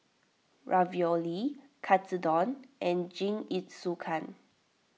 Ravioli Katsudon and Jingisukan